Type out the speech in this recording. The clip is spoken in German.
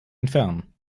entfernen